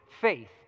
faith